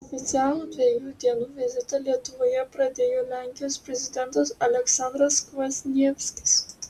oficialų dviejų dienų vizitą lietuvoje pradėjo lenkijos prezidentas aleksandras kvasnievskis